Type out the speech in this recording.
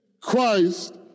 Christ